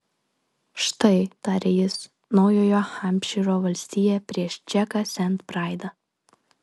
štai tarė jis naujojo hampšyro valstija prieš džeką sent braidą